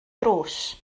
drws